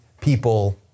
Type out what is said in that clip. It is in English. people